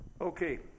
Okay